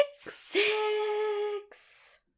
Six